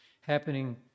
happening